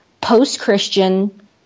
post-Christian